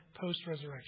post-resurrection